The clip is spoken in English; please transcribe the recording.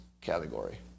category